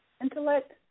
intellect